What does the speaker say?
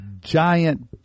giant